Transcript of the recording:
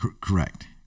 Correct